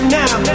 now